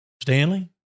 Stanley